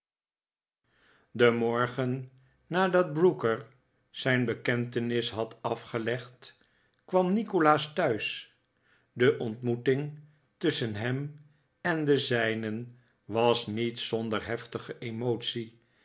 den morgen nadat brooker zijn bekentenis had afgelegd kwam nikolaas thiiis de ontmoeting tusschen hem en de zijnen was niet zonder heftige emotie